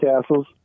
Castles